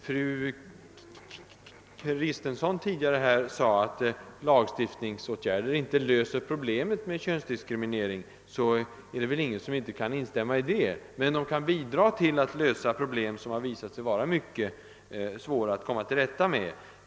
Fru Kristensson sade tidigare att lagstiftningsåtgärder inte löser problemet med könsdiskriminering. Det är väl ingen som inte kan instämma i det uttalandet. Men lagstiftning kan bidra till att lösa problem som har visat sig vara mycket svåra att komma till rätta med.